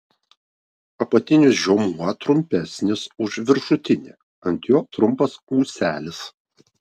apatinis žiomuo trumpesnis už viršutinį ant jo trumpas ūselis